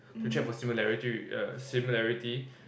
to travel a similarity a similarity